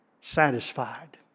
satisfied